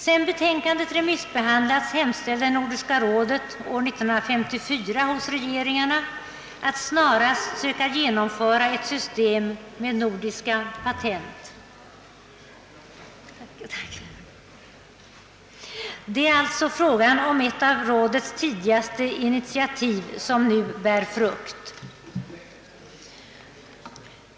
Sedan betänkandet remissbehandlats hemställde Nordiska rådet år 1954 hos regeringarna att dessa snarast skulle söka genomföra ett system med nordiska patent. Det är alltså ett av rådets tidigaste initiativ som nu bär frukt.